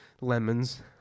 lemons